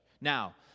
Now